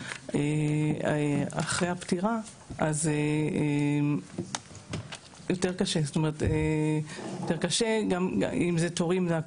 לאחר הפטירה זה יותר קשה גם מבחינת התורים.